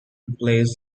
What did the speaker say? replace